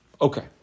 Okay